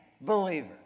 believer